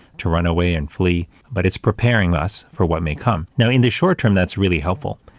to run away and flee but it's preparing us for what may come. now in the short term, that's really helpful,